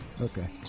Okay